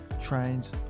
trains